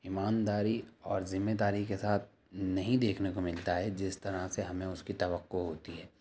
ایمانداری اور ذمہ داری کے ساتھ نہیں دیکھنے کو ملتا ہے جس طرح سے ہمیں اس کی توقع ہوتی ہے